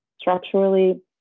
structurally